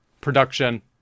production